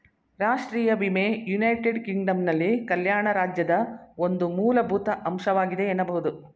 ರಾಷ್ಟ್ರೀಯ ವಿಮೆ ಯುನೈಟೆಡ್ ಕಿಂಗ್ಡಮ್ನಲ್ಲಿ ಕಲ್ಯಾಣ ರಾಜ್ಯದ ಒಂದು ಮೂಲಭೂತ ಅಂಶವಾಗಿದೆ ಎನ್ನಬಹುದು